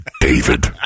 David